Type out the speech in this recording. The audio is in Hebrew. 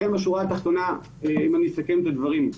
לכן בשורה התחתונה, אם אני אסכם את הדברים,